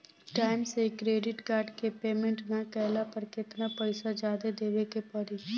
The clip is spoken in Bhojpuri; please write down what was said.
टाइम से क्रेडिट कार्ड के पेमेंट ना कैला पर केतना पईसा जादे देवे के पड़ी?